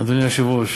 אדוני היושב-ראש,